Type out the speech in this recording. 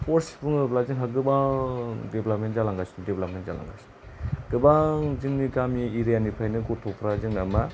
sports बुङोब्ला जोंहा गोबां देभल'पमेन्ट जालांगासिनो गोबां जोंनि गामि एरिया निफ्रायनो गथ'फोरा जोंना मा